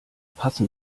passen